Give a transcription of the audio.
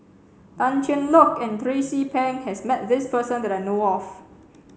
Tan Cheng Lock and Tracie Pang has met this person that I know of